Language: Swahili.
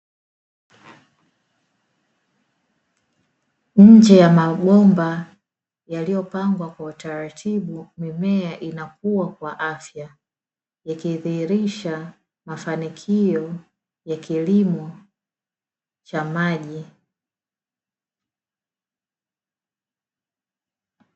Nje ya mabomba yaliyopangwa kwa utaratibu, mimea inakua kwa afya, ikikidhihirisha mafanikio ya kilimo cha maji.